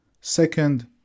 Second